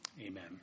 Amen